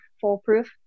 foolproof